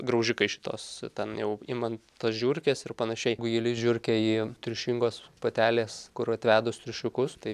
graužikai šitos ten jau imant tas žiurkes ir panašiai jeigu įlis žiurkė į triušingos patelės kur atvedus triušiukus tai